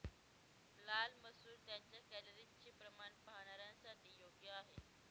लाल मसूर त्यांच्या कॅलरीजचे प्रमाण पाहणाऱ्यांसाठी योग्य आहे